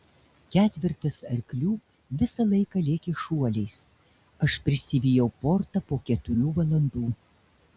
ketvertas arklių visą laiką lėkė šuoliais aš prisivijau portą po keturių valandų